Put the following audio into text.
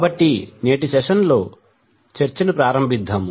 కాబట్టి నేటి సెషన్ చర్చను ప్రారంభిద్దాం